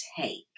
take